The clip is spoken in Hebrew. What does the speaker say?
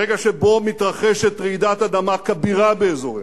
ברגע שבו מתרחשת רעידת אדמה כבירה באזורנו,